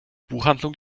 buchhandlung